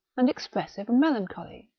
and expressive of melancholy.